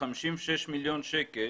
56 מיליון שקלים